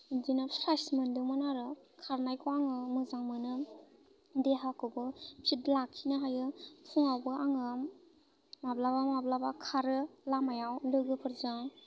बिदिनो फ्राइस मोन्दोंमोन आरो खारनायखौ आङो मोजां मोनो देहाखौबो फिद लाखिनो हायो फुङावबो आङो माब्लाबा माब्लाबा खारो लामायाव लोगोफोरजों